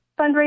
fundraising